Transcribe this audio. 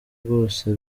rwose